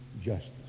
Justice